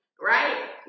Right